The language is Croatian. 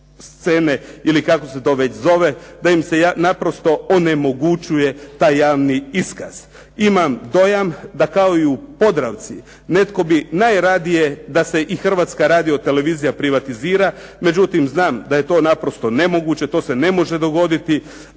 scene ili kako se to već zove, da im se naprosto onemogućuje taj javni iskaz. Imam dojam da kao i u Podravci netko bi najradije da se i Hrvatska radiotelevizija privatizira, međutim znam da je to naprosto nemoguće. To se ne može dogoditi,